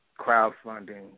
crowdfunding